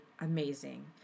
amazing